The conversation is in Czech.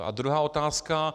A druhá otázka.